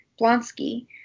Blonsky